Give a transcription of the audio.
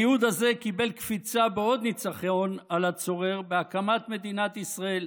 הייעוד הזה קיבל קפיצה בעוד ניצחון על הצורר בהקמת מדינת ישראל,